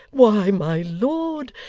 why, my lord,